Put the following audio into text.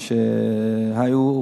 מה שהיו,